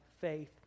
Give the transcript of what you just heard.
faith